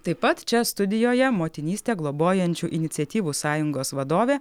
taip pat čia studijoje motinystę globojančių iniciatyvų sąjungos vadovė